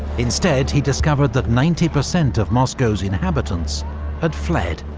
instead, he discovered that ninety per cent of moscow's inhabitants had fled.